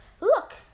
Look